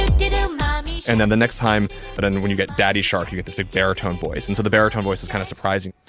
um um and then, the next time but and when you get daddy shark, you get this deep baritone voice. and so the baritone voice was kind of surprising.